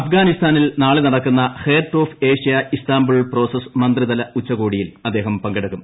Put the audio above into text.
അഫ്ഗാനിസ്ഥാനിൽ നാളെ നടക്കുന്ന heart of Asia Istanbul process മന്ത്രിതല ഉച്ചകോടിയിൽ അദ്ദേഹം പങ്കെടുക്കും